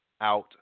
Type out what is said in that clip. out